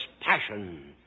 passion